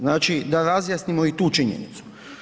Znači da razjasnimo i tu činjenicu.